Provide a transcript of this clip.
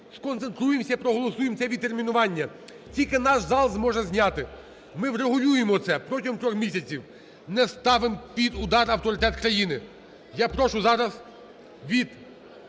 сконцентруємося і проголосуємо це відтермінування. Тільки наш зал зможе зняти. Ми врегулюємо це протягом 3 місяців. Не ставимо під удар авторитет країни. Я прошу зараз від